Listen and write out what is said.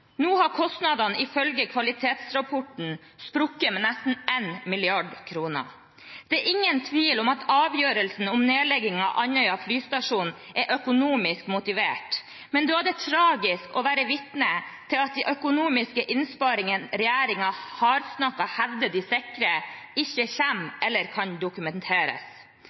Nå har kostnadene, ifølge kvalitetsrapporten, sprukket med nesten én milliard kroner. Det er ingen tvil om at avgjørelsen om nedlegging av Andøya flystasjon er økonomisk motivert, men da er det tragisk å være vitne til at de økonomiske innsparingene regjeringen hardnakket hevder de sikrer, verken kommer eller kan dokumenteres.